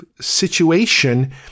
situation